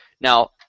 Now